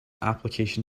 application